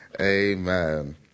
amen